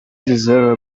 deserve